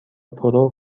پرو